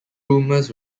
rumours